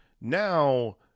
Now